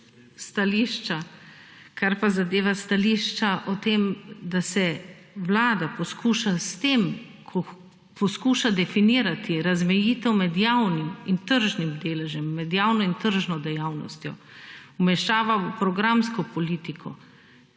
stališča, kar pa zadeva stališča o tem, da se vlada poskuša s tem, ko poskuša definirati razmejitev med javnim in tržnim deležem, med javno in tržno dejavnostjo, vmešava v programsko politiko,